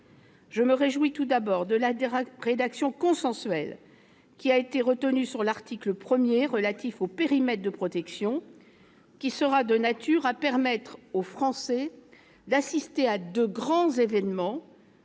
Je me réjouis tout d'abord de la rédaction consensuelle qui a été retenue pour l'article 1 relatif aux périmètres de protection, qui sera de nature à permettre aux Français d'assister à de grands événements